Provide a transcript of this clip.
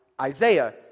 Isaiah